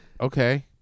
okay